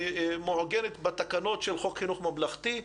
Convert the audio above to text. היא מעוגנת בתקנות של חוק חינוך ממלכתי,